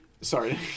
sorry